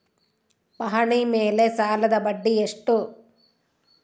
ಪಹಣಿ ಮೇಲೆ ಸಾಲದ ಬಡ್ಡಿ ಎಷ್ಟು?